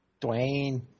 Dwayne